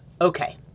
Okay